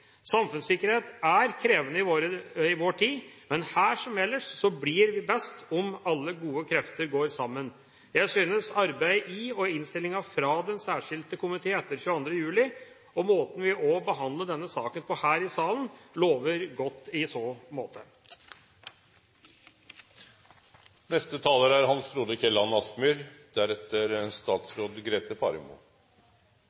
Samfunnssikkerhet er krevende i vår tid, men her som ellers blir det best om alle gode krefter går sammen. Jeg synes arbeidet i og innstillinga fra den særskilte komiteen etter 22. juli og også måten vi behandler denne saken på her i salen, lover godt i så måte. Den forrige taleren og flertallet i komiteen er